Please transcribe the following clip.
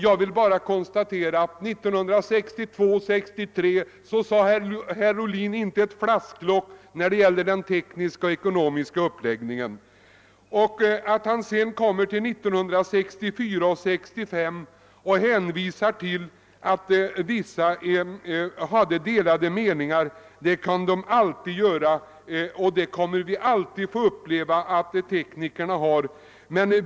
Jag vill bara konstatera att herr Ohlin 1962 och 1963 inte sade flasklock på tal om den tekniska och ekonomiska uppläggningen av Marvikenprojektet. Nu hänvisar han till att det rådde delade meningar 1964 och 1965, men det gör det ju ofta, och vi kommer alltid att få uppleva att teknikerna har olika åsikter.